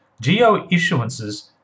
geo-issuances